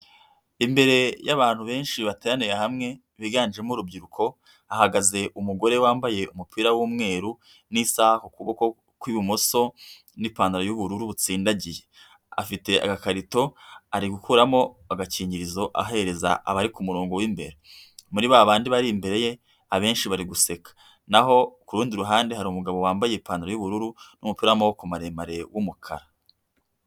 Imbere y'abantu benshi bateraniye hamwe biganjemo urubyiruko, hahagaze umugore wambaye umupira w'umweru n'isaha ku kuboko kw'ibumoso n'ipantaro y'ubururu butsindagiye. Afite agakarito ari gukuramo agakingirizo ahereza abari ku kumurongo w'imbere. Muri ba bandi bari imbere ye, abenshi bari guseka. Naho ku rundi ruhande hari umugabo wambaye ipantaro y'ubururu n'umupira w'amaboko maremare w'umukara.